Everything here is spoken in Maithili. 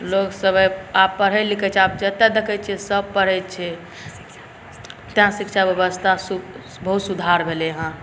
लोकसब आब पढ़ै लिखै छै आब जतऽ देखै छिए सब पढ़ै छै तेँ शिक्षा बेबस्था बहुत सुधार भेलै हँ